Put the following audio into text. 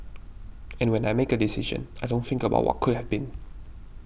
and when I make a decision I don't think about what could have been